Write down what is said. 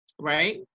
right